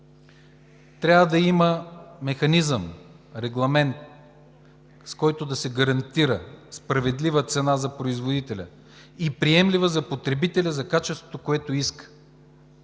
Трябва да има механизъм, регламент, с който да се гарантира справедлива цена за производителя и приемлива за потребителя за качеството, което иска.